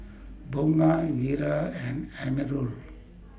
Bunga Wira and Amirul